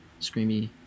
screamy